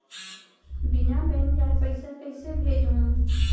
बिना बैंक जाये पइसा कइसे भेजहूँ?